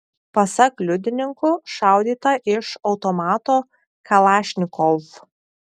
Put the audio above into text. pasak liudininkų šaudyta iš automato kalašnikov